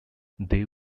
they